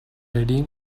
ready